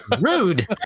Rude